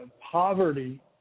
poverty